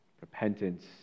repentance